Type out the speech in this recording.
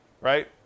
right